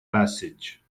passage